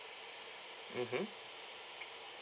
mmhmm